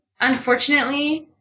Unfortunately